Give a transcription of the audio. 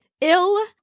ill